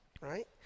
right